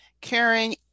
Caring